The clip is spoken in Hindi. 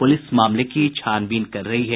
पुलिस मामले की छानबीन कर रही है